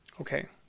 okay